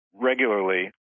regularly